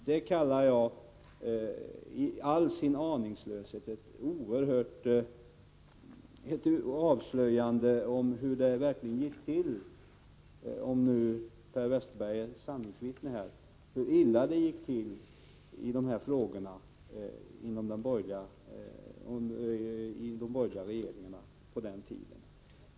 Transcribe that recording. Det kallar jag ett i all sin aningslöshet oerhört avslöjande om hur illa det gick till när det gäller dessa frågor i de borgerliga regeringarna på den tiden - om nu Per Westerberg är sanningsvittne här.